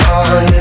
on